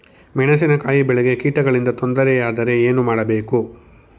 ಮೆಣಸಿನಕಾಯಿ ಬೆಳೆಗೆ ಕೀಟಗಳಿಂದ ತೊಂದರೆ ಯಾದರೆ ಏನು ಮಾಡಬೇಕು?